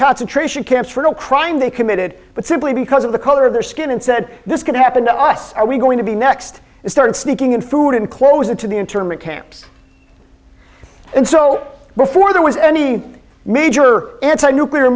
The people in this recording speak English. concentration camps for no crime they committed but simply because of the color of their skin and said this could happen to us are we going to be next and started sneaking in food and clothes into the internment camps and so before there was any major anti nuclear